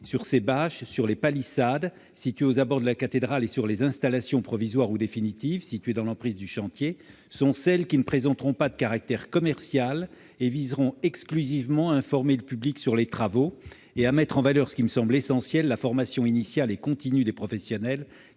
sur ces bâches, sur les palissades situées aux abords de la cathédrale et sur les installations provisoires ou définitives situées dans l'emprise du chantier sont celles qui ne présenteront pas de caractère commercial et qui viseront exclusivement à informer le public sur les travaux, et à mettre en valeur, ce qui me semble essentiel, la formation initiale et continue des professionnels